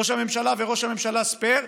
ראש הממשלה וראש הממשלה ספייר,